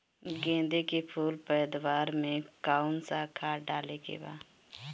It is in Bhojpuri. गेदे के फूल पैदवार मे काउन् सा खाद डाले के बा?